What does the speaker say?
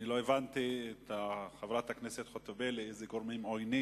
אני לא הבנתי מחברת הכנסת חוטובלי אילו "גורמים עוינים".